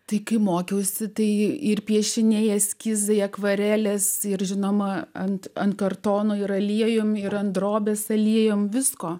tai kai mokiausi tai ir piešiniai eskizai akvarelės ir žinoma ant ant kartono ir aliejumi ir ant drobės aliejumi visko